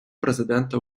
президента